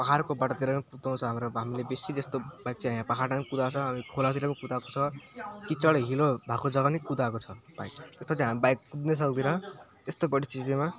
पाहाडको बाटोतिर नि कुदाउँछ हाम्रो हामीले बेसी जस्तो बाइक चाहिँ हामीले पाहाडमा नै कुदाउँछ खोलातिर नि कुदाएको छ किचड हिलो भएको जग्गामा नि कुदाएको छ बाइक जसमा चाहिँ बाइक कुद्नै सक्दैन त्यस्तो बढी चिप्लोमा